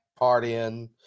partying